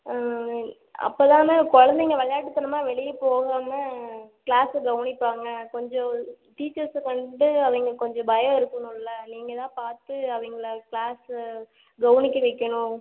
அப்பதானே கொழந்தைங்க விளையாட்டுத்தனமா வெளியே போகாமல் கிளாஸை கவனிப்பாங்க கொஞ்சம் டீச்சர்ஸ்க்கு வந்து அவங்களுக்கு கொஞ்சம் பயம் இருக்கணும்லை நீங்கள் தான் பார்த்து அவங்கள கிளாஸ்ஸு கவனிக்க வைக்கணும்